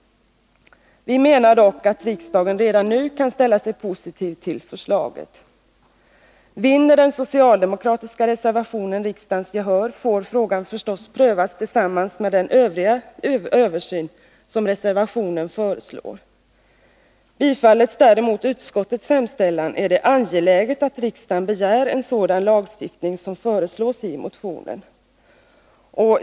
Vi menar dock att riksdagen redan nu kan ställa sig positiv till förslaget. Vinner den socialdemokratiska reservationen riksdagens gehör, får frågan förstås prövas i samband med den övriga översyn som föreslås i reservationen. Bifalles däremot utskottets hemställan, är det angeläget att riksdagen begär en sådan lagstiftning som föreslås i motionen.